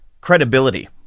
credibility